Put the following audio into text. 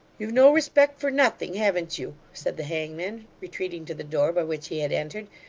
you've no respect for nothing haven't you said the hangman, retreating to the door by which he had entered,